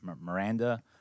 Miranda